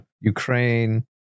Ukraine